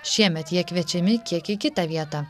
šiemet jie kviečiami kiek į kitą vietą